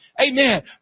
Amen